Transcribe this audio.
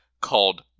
called